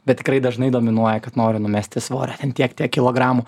bet tikrai dažnai dominuoja kad noriu numesti svorio ten tiek tiek kilogramų